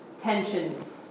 tensions